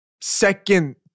second